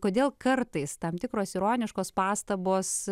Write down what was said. kodėl kartais tam tikros ironiškos pastabos